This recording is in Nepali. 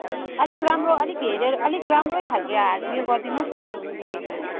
अलिक राम्रो अलिक हेरेर अलिक राम्रै खालको हाल उयो गरिदिनुहोस् न हौ दिदी